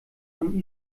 von